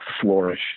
flourish